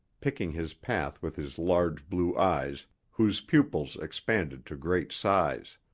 picking his path with his large blue eyes whose pupils expanded to great size.